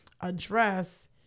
address